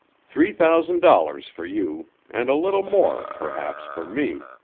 three thousand dollars for you, and a little more, perhaps, for me,